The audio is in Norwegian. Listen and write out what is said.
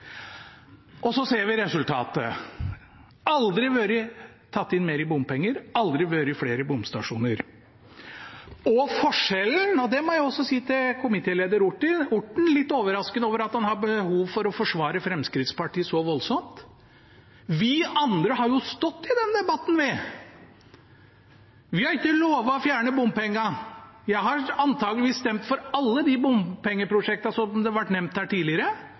Så ser vi resultatet: Det har aldri vært tatt inn mer i bompenger, det har aldri vært flere bomstasjoner. Forskjellen er, og det må jeg også si til komitéleder Orten – jeg er litt overrasket over at han har behov for å forsvare Fremskrittspartiet så voldsomt: Vi andre har jo stått i den debatten. Vi har ikke lovet å fjerne bompenger. Jeg har antakeligvis stemt for alle de bompengeprosjektene som ble nevnt her tidligere.